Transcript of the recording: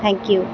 thank you